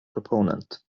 proponent